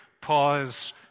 pause